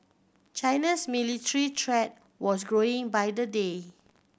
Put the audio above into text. China's military threat was growing by the day